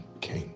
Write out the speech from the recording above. King